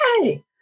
Hey